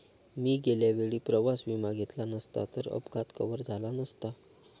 मी गेल्या वेळी प्रवास विमा घेतला नसता तर अपघात कव्हर झाला नसता